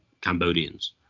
Cambodians